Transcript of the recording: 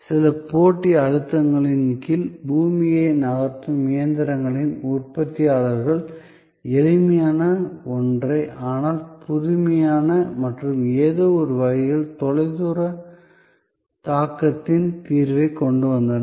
சில போட்டி அழுத்தங்களின் கீழ் பூமியை நகர்த்தும் இயந்திரங்களின் உற்பத்தியாளர்கள் எளிமையான ஒன்றை ஆனால் புதுமையான மற்றும் ஏதோ ஒரு வகையில் தொலைதூர தாக்கத்தின் தீர்வைக் கொண்டு வந்தனர்